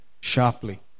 sharply